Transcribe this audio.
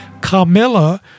Camilla